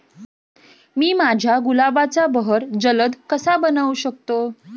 मी माझ्या गुलाबाचा बहर जलद कसा बनवू शकतो?